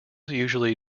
usually